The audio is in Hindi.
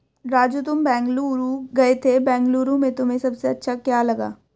राजू तुम बेंगलुरु गए थे बेंगलुरु में तुम्हें सबसे अच्छा क्या लगा?